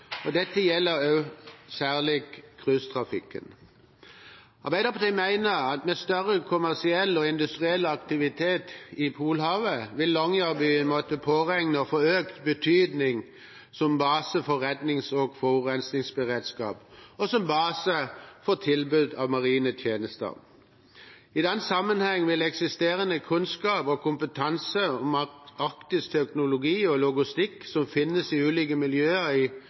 Polhavet vil Longyearbyen måtte påregne å få økt betydning som base for rednings- og forurensningsberedskap, og som base for tilbud av maritime tjenester. I den sammenheng vil eksisterende kunnskap og kompetanse om arktisk teknologi og logistikk som finnes i ulike miljøer i